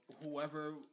whoever